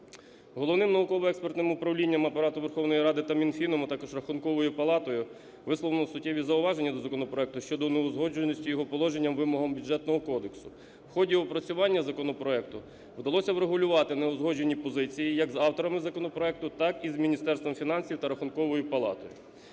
Головним науково-експертним управлінням Апарату Верховної Ради та Мінфіном, а також Рахунковою палатою висловлено суттєві зауваженні до законопроекту щодо неузгодженості його положенням вимогам Бюджетного кодексу. В ході опрацювання законопроекту вдалося врегулювати неузгоджені позиції як з авторами законопроекту, так і з Міністерством фінансів та Рахунковою палатою.